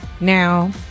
Now